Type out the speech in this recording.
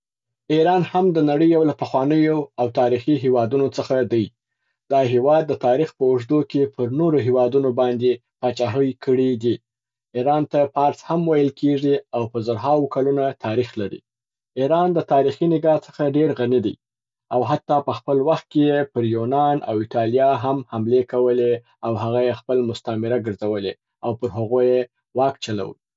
ایران هم د نړۍ یو له پخوانیو او تاریخي هیوادونو څخه دی. دا هیواد د تاریخ په اوږدو کي پر نورو هیوادونو باندي پاچاهي کړي دي. ایران ته پارس هم ویل کیږي، او په زرهاوو کلونه تاریخ لري. ایران د تاریخي نګاه څخه ډیر غني دی او حتا په خپل وخت کي یې پر یونان او اټالیا هم حملي کولي او هغه یې خپل مستعمره ګرځولي او پر هغو یې واک چلوي.